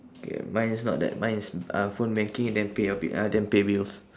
K mine is not that mine is uh phone banking and then pay a bi~ ah then pay bills